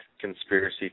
conspiracy